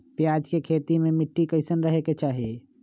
प्याज के खेती मे मिट्टी कैसन रहे के चाही?